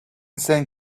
send